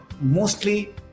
mostly